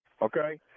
Okay